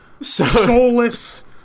soulless